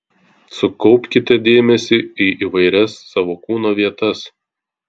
sukaupkite dėmesį į įvairias savo kūno vietas